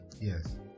Yes